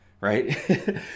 right